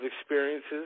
experiences